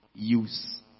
use